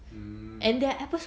mm